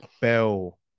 Bell